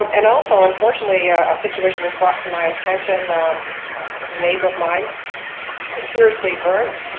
um and also, unfortunately, a situation was brought to my attention a neighbor of mine was seriously burned